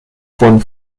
von